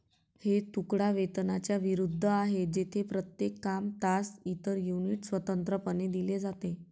हे तुकडा वेतनाच्या विरुद्ध आहे, जेथे प्रत्येक काम, तास, इतर युनिट स्वतंत्रपणे दिले जाते